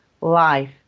life